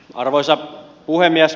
arvoisa puhemies